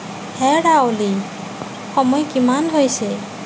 হেৰা অ'লি সময় কিমান হৈছে